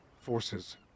forces